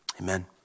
amen